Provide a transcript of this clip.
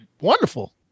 wonderful